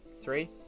Three